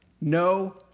No